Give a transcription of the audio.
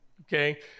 okay